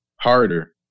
harder